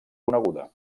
coneguda